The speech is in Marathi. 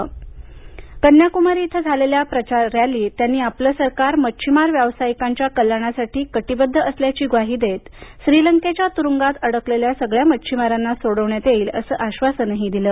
तर कन्याकुमारी इथं झालेल्या प्रचार रॅलीत त्यांनी आपलं सरकार मच्छिमार व्यावसायिकांच्या कल्याणासाठी कटीबद्ध असल्याची ग्वाही देत श्रीलंकेच्या तुरुंगात अडकलेल्या सगळ्या मच्छीमारांना सोडवण्यात येईल असं आबासनही दिलं